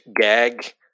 gag